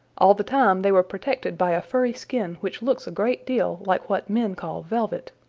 all the time they were protected by a furry skin which looks a great deal like what men call velvet.